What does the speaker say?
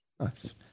Nice